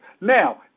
Now